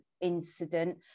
incident